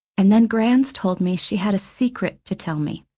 and then grans told me she had a secret to tell me